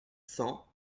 cent